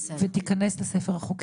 ותיכנס לספר החוקים.